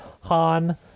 Han